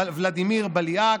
ולדימיר בליאק,